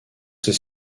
ses